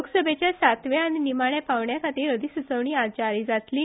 लोकसभेच्या सातव्या आनी निमाण्या पांवड्याखातीर अधिसुचोवणी आयज जारी जातली